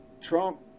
Trump